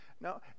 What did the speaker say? no